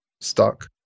stuck